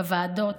בוועדות,